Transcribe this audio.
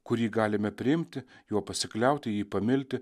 kurį galime priimti juo pasikliauti jį pamilti